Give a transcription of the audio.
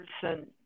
person